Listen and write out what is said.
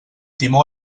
timó